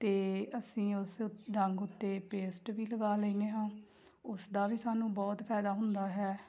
ਅਤੇ ਅਸੀਂ ਉਸ ਡੰਗ ਉਤੇ ਪੇਸਟ ਵੀ ਲਗਾ ਲੈਂਦੇ ਹਾਂ ਉਸ ਦਾ ਵੀ ਸਾਨੂੰ ਬਹੁਤ ਫਾਇਦਾ ਹੁੰਦਾ ਹੈ